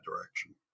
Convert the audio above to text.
direction